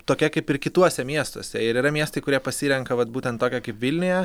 tokia kaip ir kituose miestuose ir yra miestai kurie pasirenka vat būtent tokią kaip vilniuje